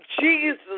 Jesus